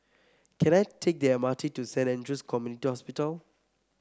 can I take the M R T to Saint Andrew's Community Hospital